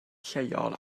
lleol